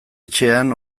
etxean